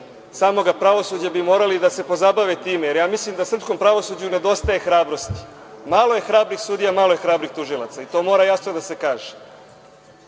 samog pravosuđa bi morali da se pozabave time, jer ja mislim srpskom pravosuđu nedostaje hrabrosti. Malo je hrabrih sudija, malo je hrabrih tužilaca i to mora jasno da se